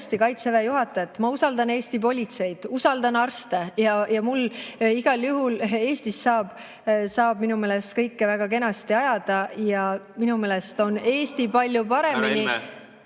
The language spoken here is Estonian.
ma usaldan Eesti politseid, usaldan arste. Ja igal juhul Eestis saab minu meelest kõike väga kenasti ajada ja minu meelest on Eesti palju parem ...